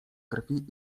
krwi